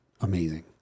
amazing